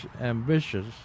ambitious